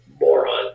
Moron